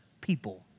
people